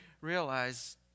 realize